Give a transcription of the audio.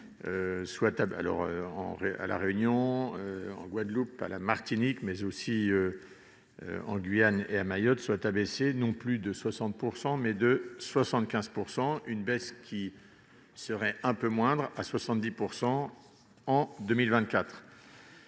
TGAP à La Réunion, en Guadeloupe, à la Martinique, mais aussi en Guyane et à Mayotte soit abaissé non plus de 60 %, mais de 75 %. Cette baisse passerait à 70 % en 2024.